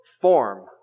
form